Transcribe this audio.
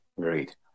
Great